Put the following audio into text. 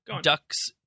Ducks